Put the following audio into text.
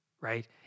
right